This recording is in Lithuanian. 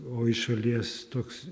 o iš šalies toks